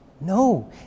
no